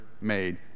made